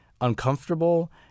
uncomfortable